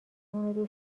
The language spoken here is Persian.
اونو